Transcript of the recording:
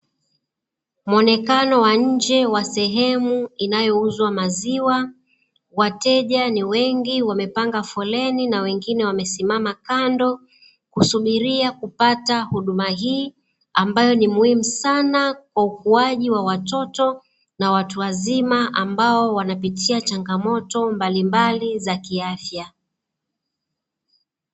Muonekano wa nje wa sehemu inayouzwa maziwa wateja ni wengi, wakiwa wamepanga foleni na wengine wamesimama kando, wanasubiri kupata huduma hiyo muhimu sana kwa ukuwaji wa watoto na watu wazima ambao wanapitia changamoto mbalimbali, za kiafya